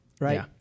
right